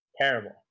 terrible